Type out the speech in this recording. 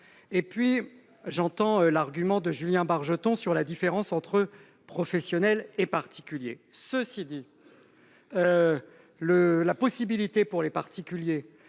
J'entends l'argument de Julien Bargeton sur la différence entre professionnels et particuliers. Cela étant, la possibilité, pour les particuliers,